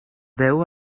deu